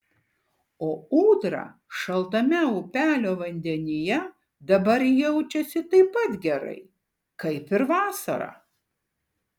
o ūdra šaltame upelio vandenyje dabar jaučiasi taip pat gerai kaip ir vasarą